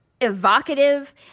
evocative